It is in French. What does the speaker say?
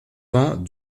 vent